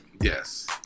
Yes